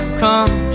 come